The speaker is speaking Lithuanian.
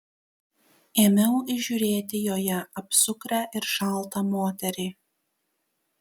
ėmiau įžiūrėti joje apsukrią ir šaltą moterį